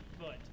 foot